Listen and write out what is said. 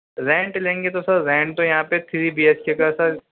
rent لیں گے تو سر رینٹ تو یہاں پہ تھری بی ایچ کے کا سر